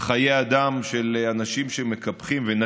חיי אדם של אנשים שמקפחים את חייהם,